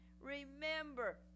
Remember